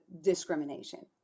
discrimination